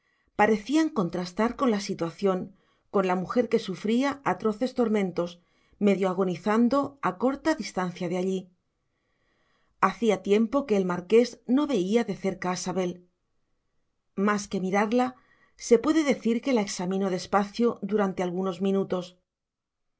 parecían contrastar con la situación con la mujer que sufría atroces tormentos medio agonizando a corta distancia de allí hacía tiempo que el marqués no veía de cerca a sabel más que mirarla se puede decir que la examinó despacio durante algunos minutos